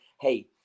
hey